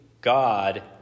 God